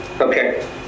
Okay